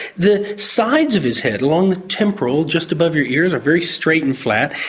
the sides of his head along the temporal, just above your ears, are very straight and flat.